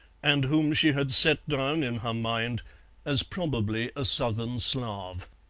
and whom she had set down in her mind as probably a southern slav.